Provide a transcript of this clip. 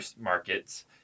markets